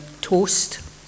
Toast